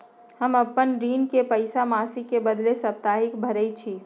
हम अपन ऋण के पइसा मासिक के बदले साप्ताहिके भरई छी